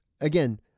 Again